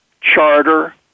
charter